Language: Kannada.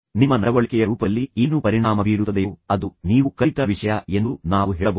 ನಿಮ್ಮ ನಡವಳಿಕೆಯ ರೂಪದಲ್ಲಿ ಏನು ಪರಿಣಾಮ ಬೀರುತ್ತದೆಯೋ ಅದು ನೀವು ಕಲಿತ ವಿಷಯ ಎಂದು ನಾವು ಹೇಳಬಹುದು